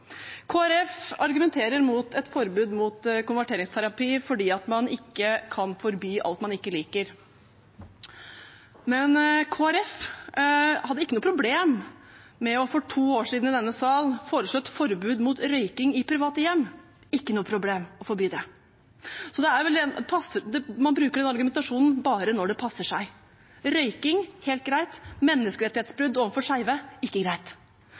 Folkeparti argumenterer mot et forbud mot konverteringsterapi fordi man ikke kan forby alt man ikke liker. Men Kristelig Folkeparti hadde ikke noe problem for to år siden i denne sal med å foreslå et forbud mot røyking i private hjem – ikke noe problem å forby det. Man bruker den argumentasjonen bare når det passer seg. Røyking – helt greit. Menneskerettighetsbrudd overfor skeive – ikke greit.